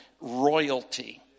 royalty